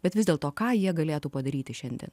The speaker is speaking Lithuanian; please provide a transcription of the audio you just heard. bet vis dėlto ką jie galėtų padaryti šiandie